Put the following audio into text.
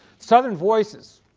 southern voices.